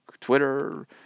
Twitter